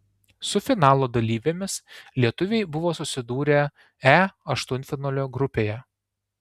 su finalo dalyvėmis lietuviai buvo susidūrę e aštuntfinalio grupėje